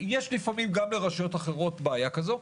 ויש לפעמים גם לרשויות אחרות בעיה כזאת.